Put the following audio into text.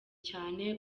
cyane